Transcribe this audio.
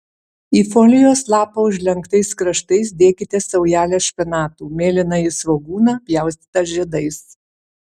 į folijos lapą užlenktais kraštais dėkite saujelę špinatų mėlynąjį svogūną pjaustytą žiedais